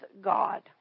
God